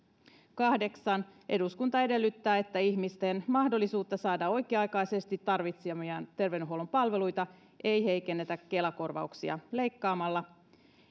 kahdeksan eduskunta edellyttää että ihmisten mahdollisuutta saada oikea aikaisesti tarvitsemiaan terveydenhuollon palveluita ei heikennetä kela korvauksia leikkaamalla